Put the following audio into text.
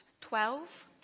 Twelve